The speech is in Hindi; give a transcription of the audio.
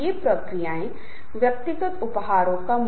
तो ये समूह व्यवहार हैं